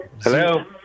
Hello